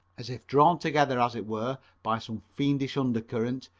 as if drawn together as it were by some fiendish undercurrent,